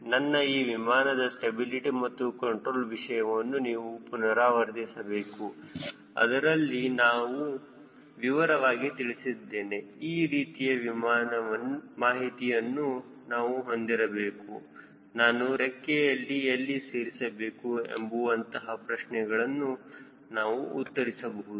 ನನ್ನ ಈ ವಿಮಾನದ ಸ್ಟೆಬಿಲಿಟಿ ಮತ್ತು ಕಂಟ್ರೋಲ್ ವಿಷಯವನ್ನು ನೀವು ಪುನರಾವರ್ತಿಸಬಹುದು ಅದರಲ್ಲಿ ನಾನು ವಿವರವಾಗಿ ತಿಳಿಸಿದ್ದೇನೆ ಈ ರೀತಿಯ ಮಾಹಿತಿಯನ್ನು ನಾವು ಹೊಂದಿರಬೇಕು ನಾನು ರೆಕ್ಕೆಯನ್ನು ಎಲ್ಲಿ ಸೇರಿಸಬೇಕು ಎಂಬುವಂತಹ ಪ್ರಶ್ನೆಗಳನ್ನು ನಾವು ಉತ್ತರಿಸಬಹುದು